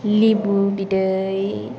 लिबु बिदै